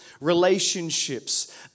relationships